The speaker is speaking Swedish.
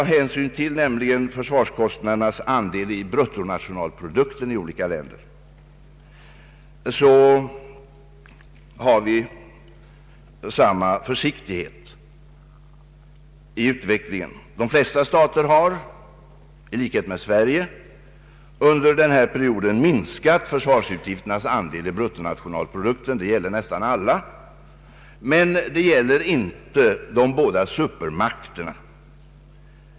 Försvarskostnadernas andel i bruttonationalprodukten i olika länder de senaste fem åren anges med samma försiktighet. De flesta stater har i likhet med Sverige under denna period minskat försvarsutgifternas andel i bruttonationalprodukten; det gäller nästan alla. Men det gäller inte de båda supermakterna.